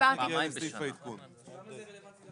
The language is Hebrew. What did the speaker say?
למה זה רלוונטי?